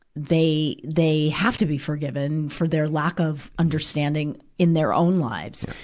they, they have to be forgiven for their lack of understanding in their own lives.